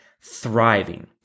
thriving